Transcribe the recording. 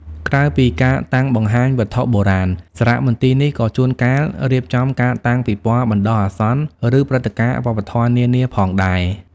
ក្រៅពីការតាំងបង្ហាញវត្ថុបុរាណ សារមន្ទីរនេះក៏ជួនកាលរៀបចំការតាំងពិពណ៌បណ្តោះអាសន្ន ឬព្រឹត្តិការណ៍វប្បធម៌នានាផងដែរ។